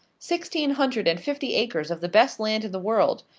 sixteen hundred and fifty acres of the best land in the world.